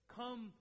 come